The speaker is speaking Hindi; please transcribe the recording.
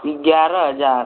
ग्यारह हज़ार